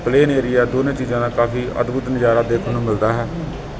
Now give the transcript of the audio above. plain area ਦੋਨੇ ਚੀਜ਼ਾਂ ਦਾ ਕਾਫੀ ਅਦਭੁਤ ਨਜ਼ਾਰਾ ਦੇਖਣ ਨੂੰ ਮਿਲਦਾ ਹੈ